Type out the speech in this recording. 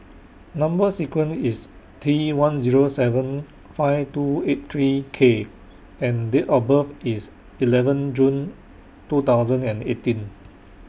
Number sequence IS T one Zero seven five two eight three K and Date of birth IS eleven June two thousand and eighteen